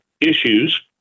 issues